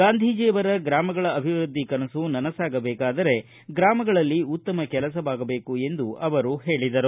ಗಾಂಧೀಜಿಯವರ ಗ್ರಾಮಗಳ ಅಭಿವೃದ್ಧಿಯ ಕನಸು ನನಸಾಗಬೇಕಾದರೆ ಗ್ರಾಮಗಳಲ್ಲಿ ಉತ್ತಮ ಕೆಲಸವಾಗಬೇಕು ಎಂದು ಹೇಳಿದರು